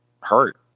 hurt